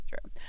true